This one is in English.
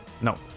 No